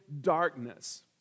Darkness